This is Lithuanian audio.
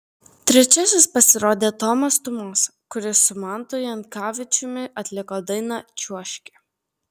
trečiasis pasirodė tomas tumosa kuris su mantu jankavičiumi atliko dainą čiuožki